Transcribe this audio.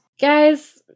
Guys